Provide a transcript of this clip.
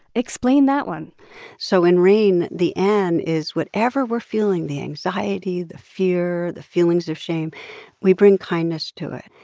explain that one so in rain, the n is whatever we're feeling the anxiety, the fear, the feelings of shame we bring kindness to it.